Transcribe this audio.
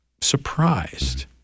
surprised